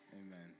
Amen